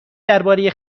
درباره